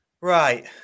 right